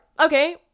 Okay